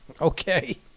Okay